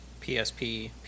PSP